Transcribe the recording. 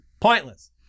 pointless